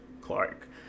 Clark